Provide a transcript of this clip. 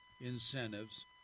incentives